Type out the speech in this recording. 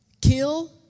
kill